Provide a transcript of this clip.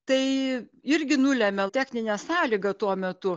tai irgi nulemia techninė sąlyga tuo metu